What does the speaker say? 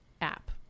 app